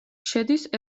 შედის